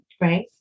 Right